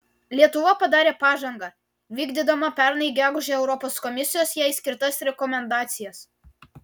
lietuva padarė pažangą vykdydama pernai gegužę europos komisijos jai skirtas rekomendacijas